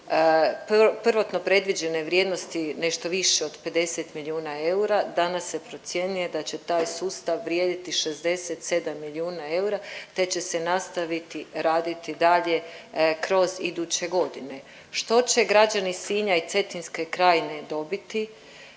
prvotno predviđene vrijednosti nešto više od 50 milijuna eura danas se procjenjuje da će taj sustav vrijediti 67 milijuna eura, te će se nastaviti raditi dalje kroz iduće godine. Što će građani Sinja i Cetinske krajine dobiti?